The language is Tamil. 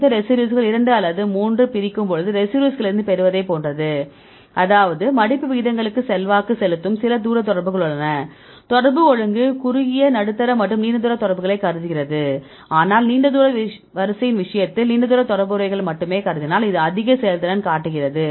இது ரெசிடியூஸ்கள் 2 அல்லது 3 பிரிக்கும்போது ரெசிடியூஸ்களிலிருந்து பெறுவதைப் போன்றது அதாவது மடிப்பு விகிதங்களுக்கு செல்வாக்கு செலுத்தும் சில தூர தொடர்புகள் உள்ளன தொடர்பு ஒழுங்கு குறுகிய நடுத்தர மற்றும் நீண்ட தூர தொடர்புகளை கருதுகிறது ஆனால் நீண்ட தூர வரிசையின் விஷயத்தில் நீண்ட தூர தொடர்புகளை மட்டுமே கருதினால் இது அதிக செயல்திறன் காட்டுகிறது